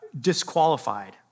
disqualified